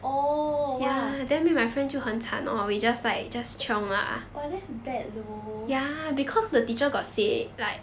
oh !wah! !wah! that's bad though